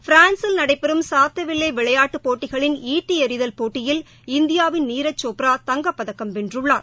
பிரான்ஸில் நடைபெறும் Sotteville விளையாட்டுப் போட்டிகளின் ஈட்டி எநிதல் போட்டியில் இந்தியாவின் நீரஜ் சோப்ரா தங்கப் பதக்கம் வென்றுள்ளார்